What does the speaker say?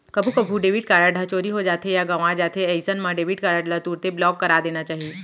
कभू कभू debit card ह चोरी हो जाथे या गवॉं जाथे अइसन मन डेबिट कारड ल तुरते ब्लॉक करा देना चाही